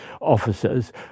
officers